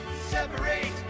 separate